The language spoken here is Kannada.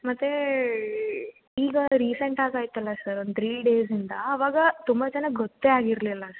ಮತ್ತು ಈಗ ರೀಸೆಂಟಾಗಿ ಆಯ್ತಲ್ಲ ಸರ್ ಒಂದು ತ್ರೀ ಡೇಸಿಂದ ಅವಾಗ ತುಂಬ ಜನಕ್ಕೆ ಗೊತ್ತೇ ಆಗಿರಲಿಲ್ಲ ಸರ್